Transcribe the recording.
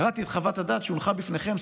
קראתי את חוות הדעת שהונחה בפניכם,